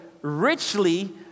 richly